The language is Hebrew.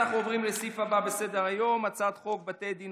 עוברים לסעיף הבא בסדר-היום: הצעת חוק בתי דין